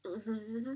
mmhmm